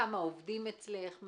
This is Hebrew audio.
כמה עובדים אצלך,